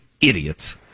idiots